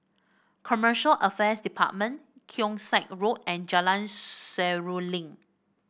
Commercial Affairs Department Keong Saik Road and Jalan Seruling